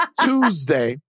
Tuesday